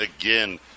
again